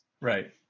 right